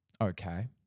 Okay